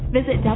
visit